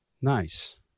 Nice